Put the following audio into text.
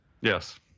Yes